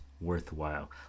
worthwhile